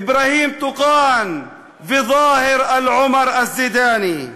אברהים טוקאן וד'אהר אלעומר אלזידאני.